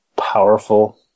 powerful